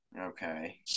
Okay